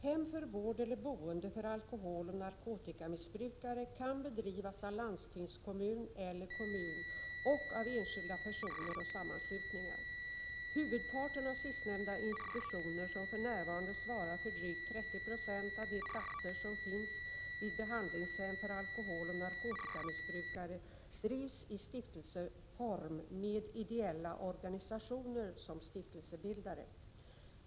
Hem för vård eller boende för alkoholoch narkotikamissbrukare kan drivas av landstingskommun eller kommun och av enskilda personer och sammanslutningar. Huvudparten av sistnämnda institutioner, som för närvarande svarar för drygt 30 96 av de platser som finns vid behandlingshem för alkoholoch narkotikamissbrukare, drivs i stiftelseform med ideella organisationer som stiftelsebildare.